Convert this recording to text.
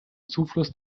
zufluss